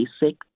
basic